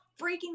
freaking